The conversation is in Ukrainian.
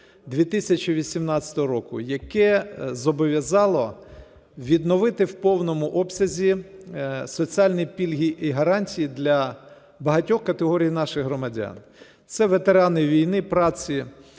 2018 року, яке зобов'язало відновити в повному обсязі соціальні пільги і гарантії для багатьох категорій наших громадян. Це ветерані війни, праці,